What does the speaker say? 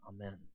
Amen